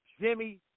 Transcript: Jimmy